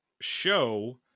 show